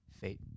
Fate